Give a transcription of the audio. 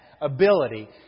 ability